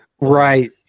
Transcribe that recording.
Right